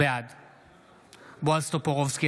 בעד בועז טופורובסקי,